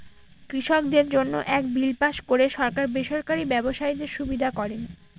কৃষকদের জন্য এক বিল পাস করে সরকার বেসরকারি ব্যবসায়ীদের সুবিধা করেন